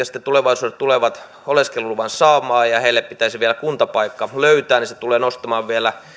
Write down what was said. sitten tulevaisuudessa tulevat oleskeluluvan saamaan pitäisi vielä kuntapaikka löytää se tulee nostamaan vielä